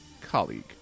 colleague